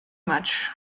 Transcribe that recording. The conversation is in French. match